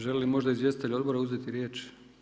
Želi li možda izvjestitelj odbora uzeti riječ?